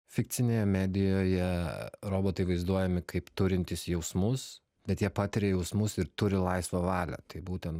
fikcinėje medijoje robotai vaizduojami kaip turintys jausmus bet jie patiria jausmus ir turi laisvą valią tai būtent